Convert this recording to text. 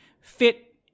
fit